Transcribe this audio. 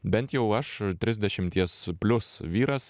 bent jau aš trisdešimties plius vyras